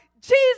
Jesus